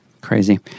Crazy